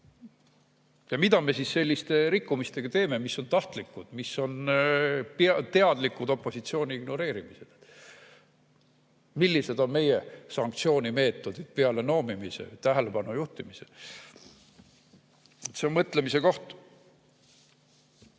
Mida me siis selliste rikkumistega teeme, mis on tahtlikud, mis on teadlikud opositsiooni ignoreerimised? Millised on meie sanktsioonimeetodid peale noomimise, tähelepanu juhtimise? See on mõtlemise koht.